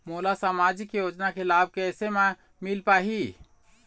मोला सामाजिक योजना के लाभ कैसे म मिल पाही?